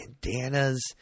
bandanas